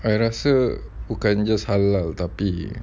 I rasa bukan just halal tapi